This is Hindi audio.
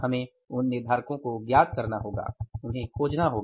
हमें उन निर्धारको तो खोजना होगा